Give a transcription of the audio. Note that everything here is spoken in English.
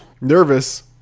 nervous